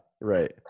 right